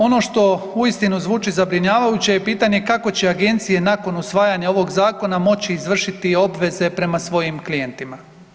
Ono što uistinu zvuči zabrinjavajuće je pitanje kako će agencije nakon usvajanja ovog zakona moći izvršiti obveze prema svojim klijentima.